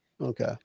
Okay